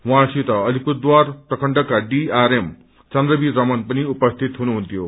उहाँसित अलिपुरद्वार प्रखण्डका डिआरएम चनद्रबीर रमन पनि उपसीत हुनुहुन्थ्यो